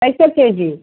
कैसे के जी